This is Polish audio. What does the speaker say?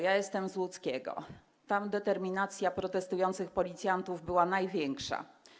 Ja jestem z Łódzkiego, tam determinacja protestujących policjantów była największa.